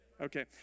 Okay